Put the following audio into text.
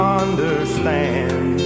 understand